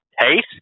taste